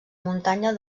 muntanya